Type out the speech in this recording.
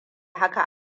haka